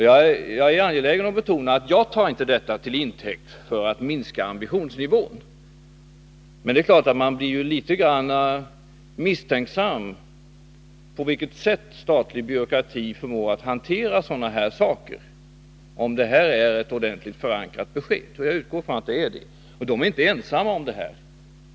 Jag har anledning att betona att jag inte tar detta till intäkt för att minska ambitionsnivån. Men det är klart att man blir litet misstänksam när det gäller på vilket sätt statlig byråkrati förmår hantera sådana här saker, om detta är ett ordentligt förankrat besked — och jag utgår från att det är det. Den länsarbetsnämnd det gäller är inte ensam om detta.